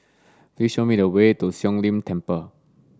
please show me the way to Siong Lim Temple